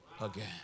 again